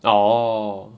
orh